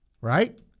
right